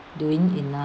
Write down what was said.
doing enough